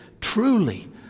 truly